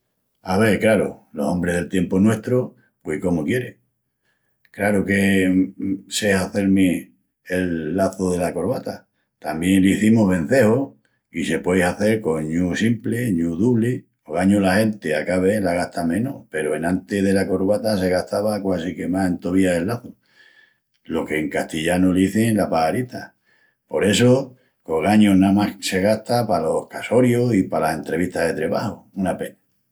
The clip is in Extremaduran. Ave craru, los ombris del tiempu nuestru… pui cómu quieris? Craru que sé hazel-mi el lazu dela corvata. Tamién l'zimus venceju i se puei hazel con ñúu simpli i ñúu dupli. Ogañu la genti a ca vés la gasta menus peru enantis dela corvata se gastava quasi que más entovía el lazu, lo qu'en castillanu l'izin la paxarita. Por essu, qu'ogañu namás se gasta palos casorius i palas entrevistas de trebaju. Una pena...